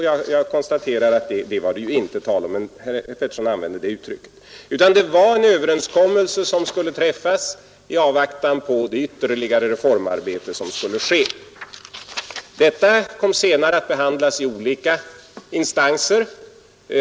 Jag konstaterar att det inte var tal om någonting sådant, utan det var en överenskommelse som skulle träffas i avvaktan på ytterligare reformarbete. Detta kom senare att äga rum i olika instanser.